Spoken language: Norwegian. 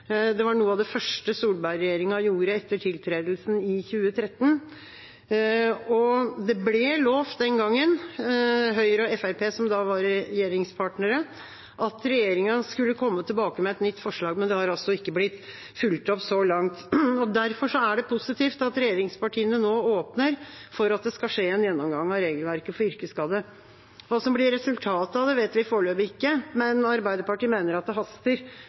Det var noe av det første Solberg-regjeringa gjorde etter tiltredelsen i 2013. Høyre og Fremskrittspartiet, som da var regjeringspartnere, lovet da at regjeringa skulle komme tilbake med et nytt forslag, men det har ikke blitt fulgt opp så langt. Derfor er det positivt at regjeringspartiene nå åpner for at det skal skje en gjennomgang av regelverket for yrkesskade. Hva som blir resultatet av det, vet vi foreløpig ikke, men Arbeiderpartiet mener det haster